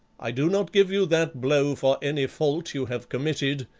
i do not give you that blow for any fault you have committed,